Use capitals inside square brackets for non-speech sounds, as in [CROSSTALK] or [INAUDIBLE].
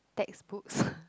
textbooks [LAUGHS]